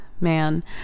Man